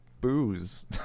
booze